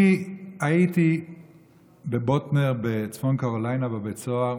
אני הייתי בבוטנר בצפון קרוליינה, בבית סוהר